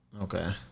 Okay